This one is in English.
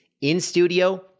in-studio